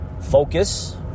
focus